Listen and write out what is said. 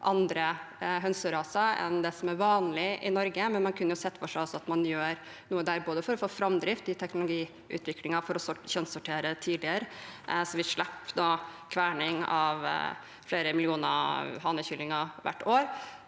andre hønseraser enn de som er vanlige i Norge. Man kunne sett for seg at man gjør noe der for å få framdrift i teknologiutviklingen for å kjønnssortere tidligere, slik at vi slipper kverning av flere millioner hanekyllinger hvert år.